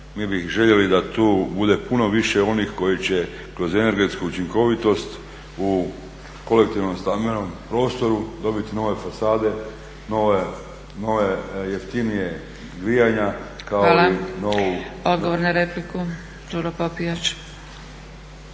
Mi bi željeli da tu bude puno više onih koji će kroz energetsku učinkovitost u kolektivnom stambenom prostoru dobiti nove fasade, nove jeftinije grijanja, kao i novu … **Zgrebec, Dragica